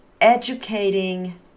educating